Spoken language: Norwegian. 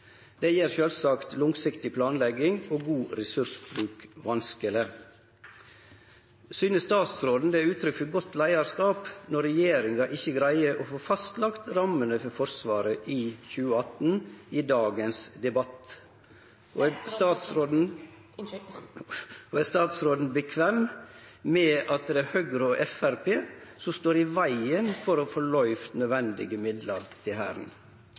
Det gjer sjølvsagt langsiktig planlegging og god ressursbruk vanskeleg. Synest statsråden det er uttrykk for godt leiarskap når regjeringa ikkje greier å få fastlagt rammene for Forsvaret i 2018 i dagens debatt, og er statsråden komfortabel med at det er Høgre og Framstegspartiet som står i vegen for å få løyvt nødvendige midlar til Hæren?